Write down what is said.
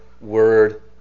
word